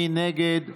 מי נגד?